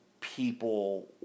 people